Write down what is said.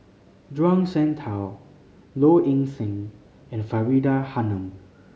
Zhuang Shengtao Low Ing Sing and Faridah Hanum